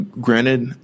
granted